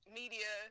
media